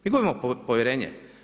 Mi gubimo povjerenje.